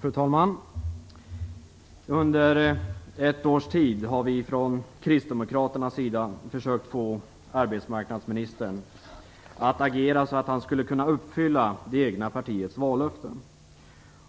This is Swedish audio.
Fru talman! Under ett års tid har vi från kristdemokraternas sida försökt få arbetsmarknadsministern att agera så att han skulle kunna uppfylla det egna partiets vallöften.